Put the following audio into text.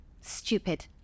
stupid